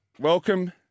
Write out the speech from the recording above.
welcome